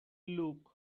look